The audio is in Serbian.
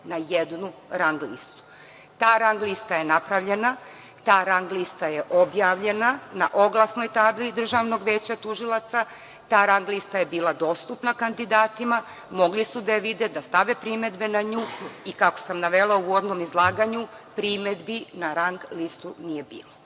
na jednu rang listu. Ta rang lista je napravljena. Ta rang lista je objavljena na oglasnoj tabli Državnog veća tužilaca. Ta rang lista je bila dostupna kandidatima, mogli su da je vide, da stave primedbe na nju i, kako sam navela u uvodnom izlaganju, primedbi na rang listu nije bilo.